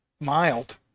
mild